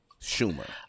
Schumer